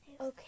okay